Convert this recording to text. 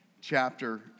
chapter